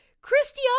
christy